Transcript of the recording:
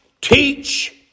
teach